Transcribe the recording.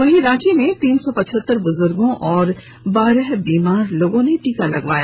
वहीं रांची में तीन सौ पचहत्तर बुजुर्गों और बारह बीमार लोगों ने टीका लगवाया